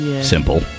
simple